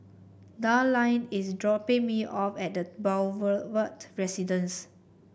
Darline is dropping me off at The Boulevard Residence